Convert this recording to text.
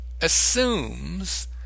assumes